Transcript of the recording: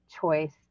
choice